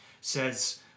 says